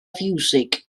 fiwsig